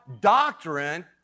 doctrine